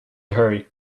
hurry